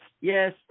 yes